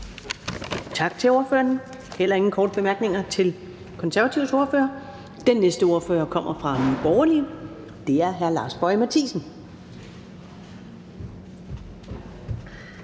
Tak til ordføreren. Der er heller ingen korte bemærkninger til De Konservatives ordfører. Den næste ordfører kommer fra Nye Borgerlige. Det er hr. Lars Boje Mathiesen.